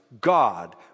God